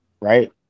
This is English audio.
right